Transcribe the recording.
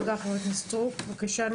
תודה.